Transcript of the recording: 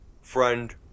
Friend